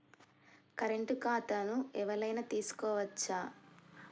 Current ఖాతాను ఎవలైనా తీసుకోవచ్చా?